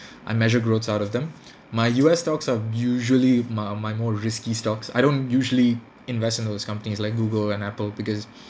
I measure growths out of them my U_S stocks are usually my my more risky stocks I don't usually invest in those companies like Google and Apple because